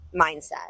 mindset